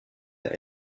der